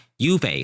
Juve